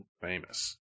famous